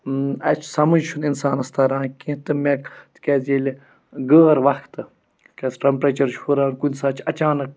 اسہِ چھُ سَمٕجھ چھُنہٕ اِنسانَس تَران کینٛہہ تہٕ مےٚ تِکیٛازِ ییٚلہِ غٲر وَقتہٕ تِکیٛازِ ٹیٚمپرٛیچَر چھُ ہُران کُنہِ ساتہٕ چھُ اَچانک